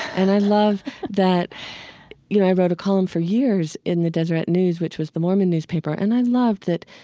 and i love that you know, i wrote a column for years in the deseret news, which was the mormon newspaper, and i loved that,